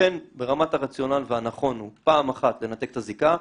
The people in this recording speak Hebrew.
לכן ברמת הרציונל והנכון יש פעם אחת לנתק את הזיקה,